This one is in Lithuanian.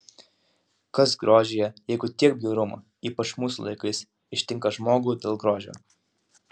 kas grožyje jeigu tiek bjaurumo ypač mūsų laikais ištinka žmogų dėl grožio